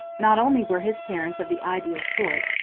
not only were his parents of the ideal sort,